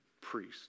priest